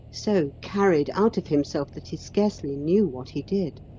so carried out of himself that he scarcely knew what he did.